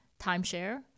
timeshare